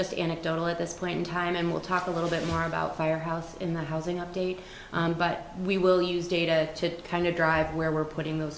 just anecdotal at this playing time and we'll talk a little bit more about firehouse in the housing update but we will use data to kind of drive where we're putting th